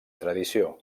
tradició